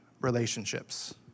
relationships